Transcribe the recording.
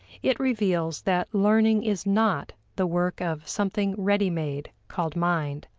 it reveals that learning is not the work of something ready-made called mind,